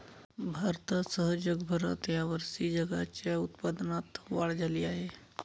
भारतासह जगभरात या वर्षी तागाच्या उत्पादनात वाढ झाली आहे